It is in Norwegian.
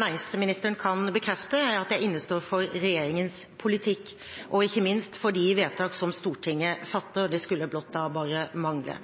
næringsministeren kan bekrefte, er at jeg innestår for regjeringens politikk, og ikke minst for de vedtak som Stortinget fatter – det skulle bare mangle.